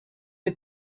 que